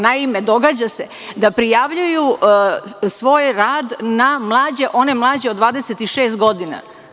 Naime, događa se da prijavljuju svoj rad na one mlađe od 25 godina.